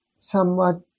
somewhat